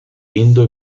indo